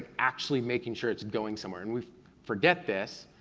actually making sure it's going somewhere, and we forget this,